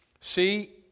See